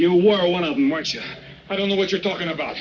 you were one of the marchers i don't know what you're talking about